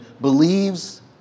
believes